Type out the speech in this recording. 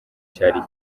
cyari